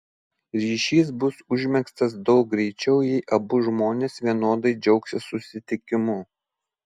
ryšys bus užmegztas daug greičiau jei abu žmonės vienodai džiaugsis susitikimu